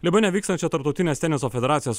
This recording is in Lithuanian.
libane vykstančio tarptautinės teniso federacijos